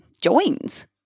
joins